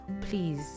please